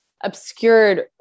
obscured